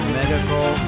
medical